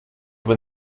when